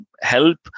help